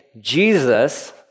Jesus